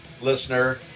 listener